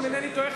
אם אינני טועה,